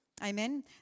Amen